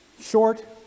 Short